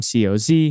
COZ